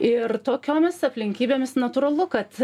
ir tokiomis aplinkybėmis natūralu kad